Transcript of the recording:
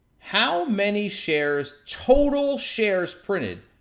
how many shares, total shares printed,